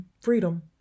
freedom